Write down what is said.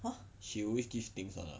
she always give things one ah